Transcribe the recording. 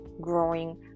growing